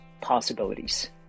possibilities